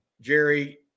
Jerry